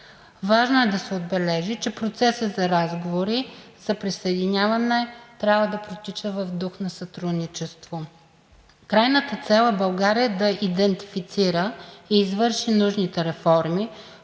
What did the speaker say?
Важно е да се отбележи, че процесът за разговори за присъединяване трябва да протича в дух на сътрудничество. Крайната цел е България да идентифицира и извърши нужните реформи,